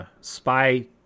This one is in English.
spy